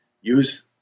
use